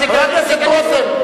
חבר הכנסת רותם.